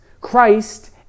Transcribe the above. Christ